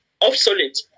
Obsolete